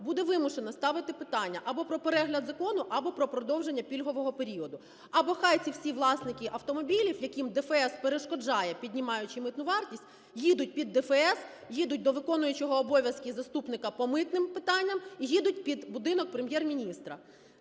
буде вимушена ставити питання або про перегляд закону, або про продовження пільгового періоду. Або хай ці всі власники автомобілів, яким ДФС перешкоджає, піднімаючи митну вартість, їдуть під ДФС, їдуть до виконуючого обов'язки заступника по митним питанням і їдуть під будинок Прем’єр-міністра.